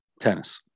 tennis